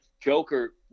Joker